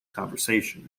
conversation